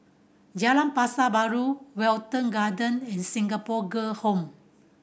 Jalan Pasar Baru Wilton Garden and Singapore Girl Home